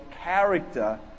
character